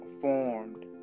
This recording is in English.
formed